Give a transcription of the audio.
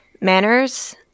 manners